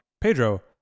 Pedro